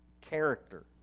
character